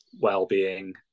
wellbeing